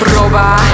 roba